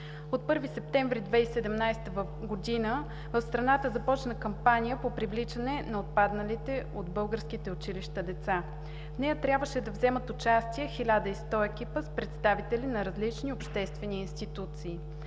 От 1 септември 2017 г. в страната започна кампания по привличане на отпадналите от българските училища деца. В нея трябваше да вземат участие 1100 екипа с представители на различни обществени институции